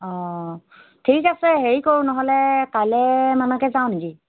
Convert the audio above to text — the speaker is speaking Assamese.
অ ঠিক আছে হেৰি কৰোঁ নহ'লে কাইলৈমানকে যাওঁ নেকি